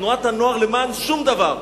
תנועת הנוער למען שום דבר.